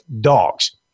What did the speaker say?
dogs